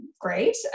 great